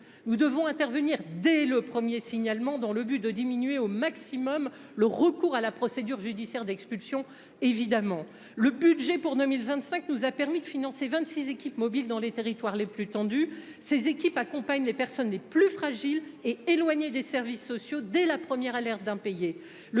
Nous devons intervenir dès le premier signalement dans le but de réduire le plus possible le recours à la procédure judiciaire d’expulsion. Le budget pour 2025 nous a permis de financer vingt six équipes mobiles dans les territoires les plus en tension. Ces équipes accompagnent les personnes les plus fragiles et éloignées des services sociaux dès la première alerte d’impayés.